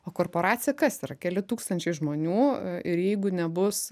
o korporacija kas yra keli tūkstančiai žmonių ir jeigu nebus